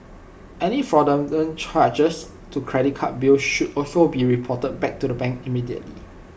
any fraudulent charges to credit card bills should also be reported back to the bank immediately